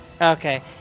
Okay